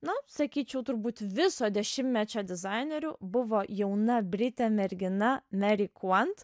na sakyčiau turbūt viso dešimtmečio dizainerių buvo jauna britė mergina meri kuant